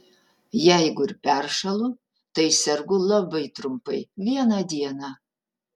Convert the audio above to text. jeigu ir peršąlu tai sergu labai trumpai vieną dieną